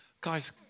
Guys